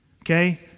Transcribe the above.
Okay